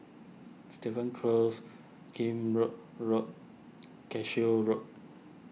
Stevens Close Kheam Road Road Cashew Road